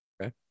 Okay